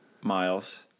Miles